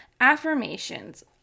Affirmations